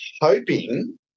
hoping